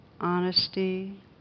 honesty